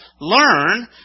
learn